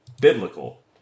biblical